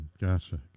Gotcha